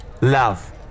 Love